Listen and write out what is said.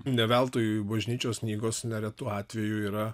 ne veltui bažnyčios knygos neretu atveju yra